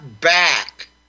back